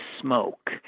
smoke